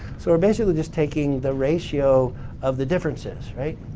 so we're basically just taking the ratio of the differences, right?